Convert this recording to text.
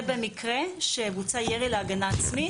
זה במקרה שבוצע ירי להגנה עצמית,